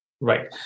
Right